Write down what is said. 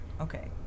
Okay